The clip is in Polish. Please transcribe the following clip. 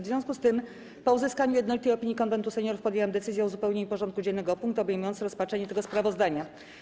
W związku z tym, po uzyskaniu jednolitej opinii Konwentu Seniorów, podjęłam decyzję o uzupełnieniu porządku dziennego o punkt obejmujący rozpatrzenie tego sprawozdania.